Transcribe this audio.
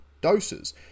doses